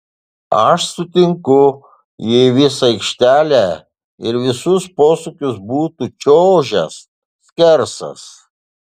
aš sutinku jei visą aikštelę ir visus posūkius būtų čiuožęs skersas